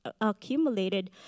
accumulated